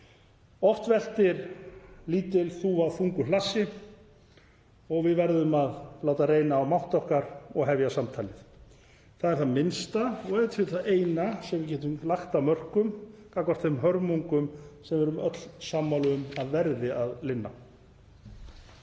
Oft veltir lítil þúfa þungu hlassi og við verðum að láta reyna á mátt okkar og hefja samtalið. Það er það minnsta og ef til vill það eina sem við getum lagt af mörkum gagnvart þeim hörmungum sem við erum öll sammála um að verði að linna.